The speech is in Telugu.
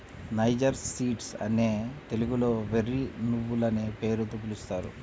నైజర్ సీడ్స్ నే తెలుగులో వెర్రి నువ్వులనే పేరుతో పిలుస్తారు